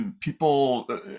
people